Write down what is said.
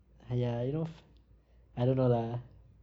!haiya! you know I don't know lah